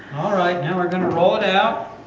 ah right now we're going to roll it out